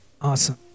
Awesome